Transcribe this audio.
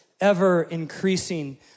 ever-increasing